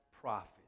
prophet